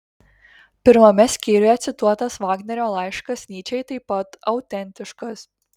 pirmame skyriuje cituotas vagnerio laiškas nyčei taip pat autentiškas